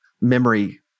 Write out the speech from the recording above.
memory